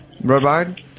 Robard